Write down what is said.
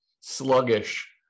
sluggish